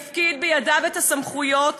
יפקיד בידיו את הסמכויות,